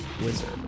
Wizard